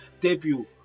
debut